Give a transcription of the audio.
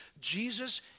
Jesus